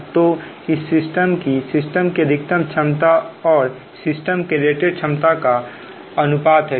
तो यह सिस्टम की अधिकतम क्षमता और सिस्टम के रेटेड क्षमता का अनुपात है ठीक है